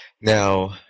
now